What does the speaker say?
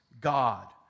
God